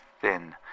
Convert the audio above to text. thin